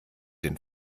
den